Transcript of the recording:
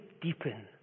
deepen